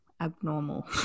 abnormal